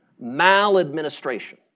maladministration